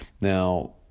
Now